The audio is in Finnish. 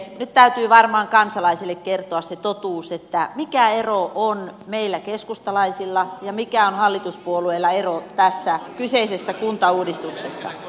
nyt täytyy varmaan kansalaisille kertoa se totuus mikä ero on meillä keskustalaisilla ja mikä ero on hallituspuolueilla tässä kyseisessä kuntauudistuksessa